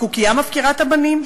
עם קוקייה מפקירת הבנים.